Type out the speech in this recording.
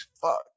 Fuck